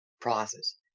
process